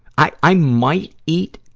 i, i might eat,